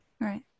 Right